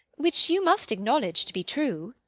which you must acknowledge to be true.